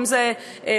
אם זה לשיעורים,